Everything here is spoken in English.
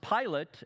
Pilate